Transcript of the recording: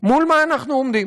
מול מה אנחנו עומדים.